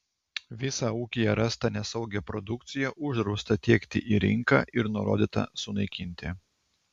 visą ūkyje rastą nesaugią produkciją uždrausta tiekti į rinką ir nurodyta sunaikinti